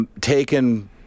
taken